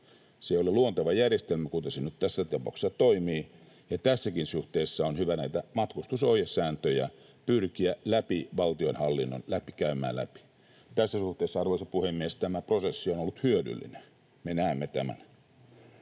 Se ei ole luonteva järjestelmä näin kuin se nyt tässä tapauksessa toimii, ja tässäkin suhteessa valtionhallinnon on hyvä näitä matkustusohjesääntöjä pyrkiä läpi käymään läpi. Tässä suhteessa, arvoisa puhemies, tämä prosessi on ollut hyödyllinen — me näemme tämän.